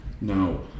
No